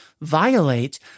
violate